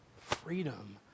freedom